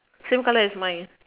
same colour as mine